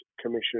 Commission